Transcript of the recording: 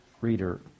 reader